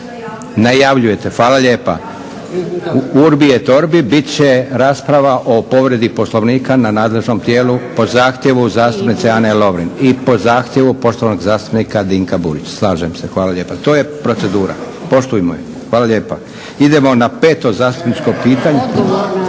Najavljujete, hvala lijepa. Urbi et orbi, bit će rasprava o povredi Poslovnika na nadležnom tijelu po zahtjevu zastupnice Ane Lovrin i po zahtjevu poštovanog zastupnika Dinka Burića, slažem se. Hvala lijepa, to je procedura, poštujemo je. Hvala lijepa. Idemo na 5. zastupničko pitanje,